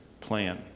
plan